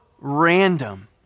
random